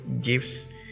gifts